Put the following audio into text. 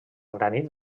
granit